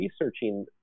researching